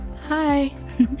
Hi